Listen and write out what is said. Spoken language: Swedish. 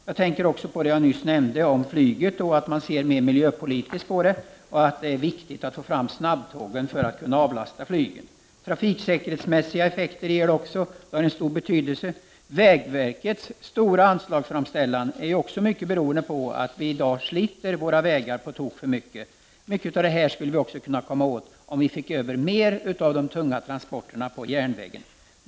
Jag tänker också på det jag nyss nämnde om flyget, att man ser mera miljöpolitiskt på det hela och att det är viktigt att få fram snabbtåg för att avlasta flyget. Trafiksäkerhetsmässiga effekter ger det också, vilket har en stor betydelse. Vägverkets stora anslagsframställan beror mycket på att vi i dag sliter på våra vägar på tok för mycket. Mycket av detta skulle vi kunna komma åt om vi förde över mer av de tunga transporterna på järnväg.